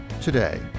today